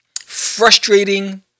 frustrating